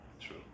True